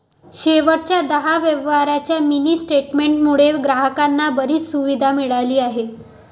शेवटच्या दहा व्यवहारांच्या मिनी स्टेटमेंट मुळे ग्राहकांना बरीच सुविधा मिळाली आहे